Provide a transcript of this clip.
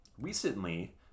recently